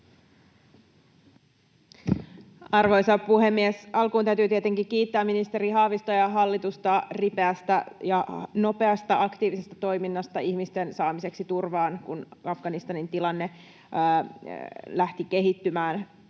Arvoisa puhemies! Alkuun täytyy tietenkin kiittää ministeri Haavistoa ja hallitusta ripeästä ja nopeasta, aktiivisesta toiminnasta ihmisten saamiseksi turvaan, kun Afganistanin tilanne lähti kehittymään